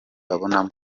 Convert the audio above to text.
babonamo